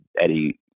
Eddie